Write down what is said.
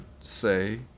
say